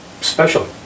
special